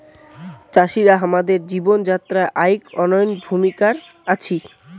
চাষিরা হামাদের জীবন যাত্রায় আইক অনইন্য ভূমিকার আছি